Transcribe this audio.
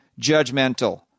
judgmental